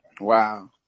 Wow